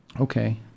okay